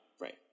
Right